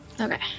Okay